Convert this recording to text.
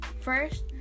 first